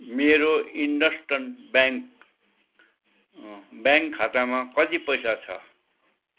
मेरो IndusInd bank bank खातामा कति पैसा छ